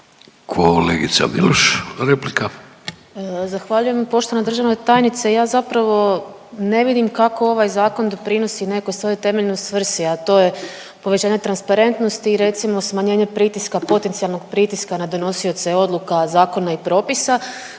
Jelena (Možemo!)** Zahvaljujem. Poštovana državna tajnice, ja zapravo ne vidim kako ovaj zakon doprinosi nekoj svojoj temeljnoj svrsi, a to je povećanje transparentnosti i recimo smanjenje pritiska, potencijalnoj pritiska na donosioce odluka, zakona i propisa.